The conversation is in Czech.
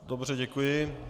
Dobře, děkuji.